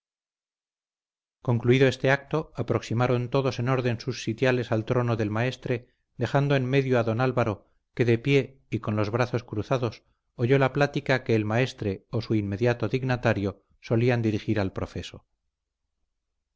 concluido este acto aproximaron todos en orden sus sitiales al trono del maestre dejando en medio a don álvaro que de pie y con los brazos cruzados oyó la plática que el maestre o su inmediato dignatario solían dirigir al profeso